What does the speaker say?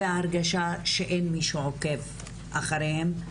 והרגשה שאין מי שעוקב אחריהם.